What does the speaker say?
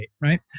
right